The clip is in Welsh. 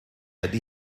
ydy